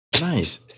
Nice